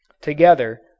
Together